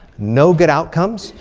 no good outcomes.